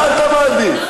מה אתה מעדיף?